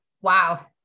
wow